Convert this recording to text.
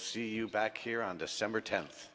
see you back here on december ten